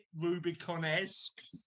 Rubicon-esque